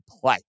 play